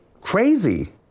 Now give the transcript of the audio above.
crazy